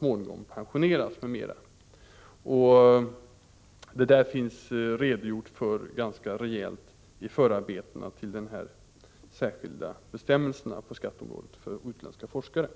Detta har man redogjort för ordentligt i förberedelserna till de särskilda bestämmelser på skatteområdet som gäller för utländska forskare.